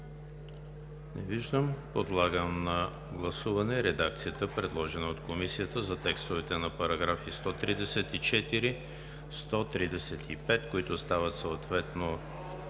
Не виждам. Подлагам на гласуване редакцията, предложена от Комисията за текстовете на параграфи 134 и 135, които стават съответно